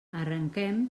arrenquem